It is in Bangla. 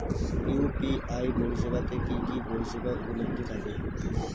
ইউ.পি.আই পরিষেবা তে কি কি পরিষেবা উপলব্ধি থাকে?